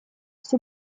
все